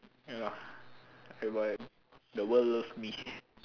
ya lah